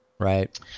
Right